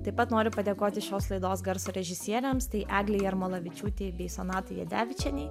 taip pat noriu padėkoti šios laidos garso režisieriams tai eglei jarmolavičiūtei bei sonatai jadevičienei